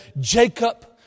Jacob